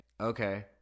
Okay